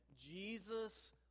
Jesus